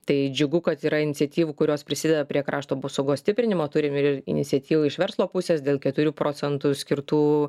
tai džiugu kad yra iniciatyvų kurios prisideda prie krašto apsaugos stiprinimo turim ir iniciatyvų iš verslo pusės dėl keturių procentų skirtų